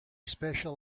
special